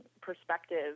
perspective